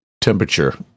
temperature